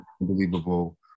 unbelievable